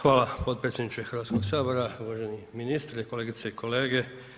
Hvala potpredsjedniče Hrvatskog sabora, uvaženi ministre, kolegice i kolege.